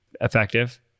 effective